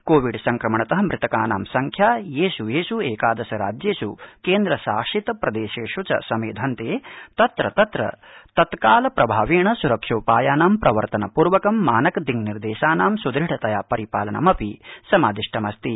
Covid संक्रमणत मृतकानां संख्या येष् येष् एकादश राज्येष् केन्द्रशासित प्रदेशेष् च समेधन्ते तत्र तत्र तत्कालप्रभावेण स्रक्षोपायानां प्रवर्तन पूर्वकं मानक दिङ्निर्देशानां स्द्रढतया परिपालनमपि समादिष्टमस्ति